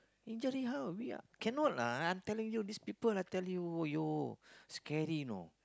injury how we cannot lah I telling you this people I tell you you scary know